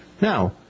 Now